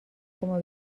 coma